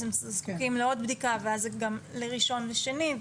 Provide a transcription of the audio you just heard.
הם זקוקים לעוד בדיקה ואז זה גם לראשון ושני,